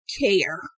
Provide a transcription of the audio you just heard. care